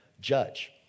judge